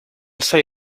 soy